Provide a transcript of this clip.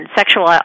sexual